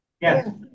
Yes